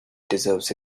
deserves